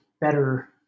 better